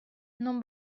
non